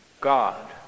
God